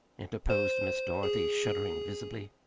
interposed miss dorothy, shuddering visibly.